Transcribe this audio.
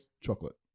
chocolate